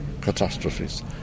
catastrophes